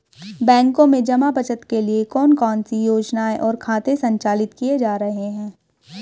बैंकों में जमा बचत के लिए कौन कौन सी योजनाएं और खाते संचालित किए जा रहे हैं?